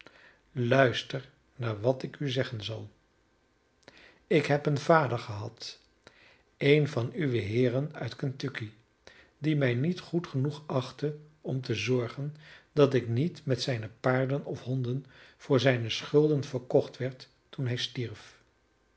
luister naar wat ik u zeggen zal ik heb een vader gehad een van uwe heeren uit kentucky die mij niet goed genoeg achtte om te zorgen dat ik niet met zijne paarden of honden voor zijne schulden verkocht werd toen hij stierf